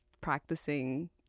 practicing